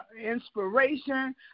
inspiration